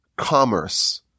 commerce